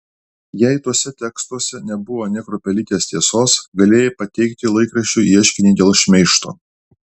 jei tuose tekstuose nebuvo nė kruopelytės tiesos galėjai pateikti laikraščiui ieškinį dėl šmeižto